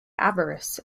avarice